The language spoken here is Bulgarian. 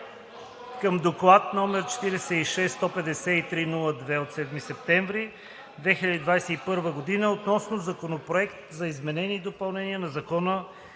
към Доклад № 46-153-02-8 от 7 септември 2021 г. относно Законопроект за изменение и допълнение на Закона